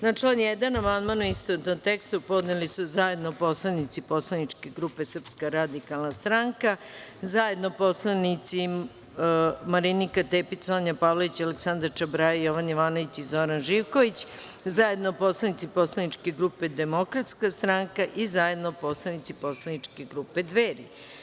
Na član 1. amandman u istovetnom tekstu podneli su zajedno poslanici poslaničke grupe SRS, zajedno poslanici Marinika Tepić, Sonja Pavlović, Aleksandra Čabraja, Jovan Jovanović i Zoran Živković, zajedno poslanici poslaničke grupe DS i zajedno poslanici poslaničke grupe Dveri.